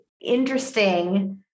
interesting